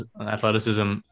athleticism